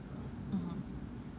mmhmm